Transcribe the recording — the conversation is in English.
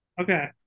Okay